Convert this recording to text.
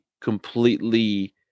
completely